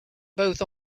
both